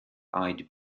eyed